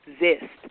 exist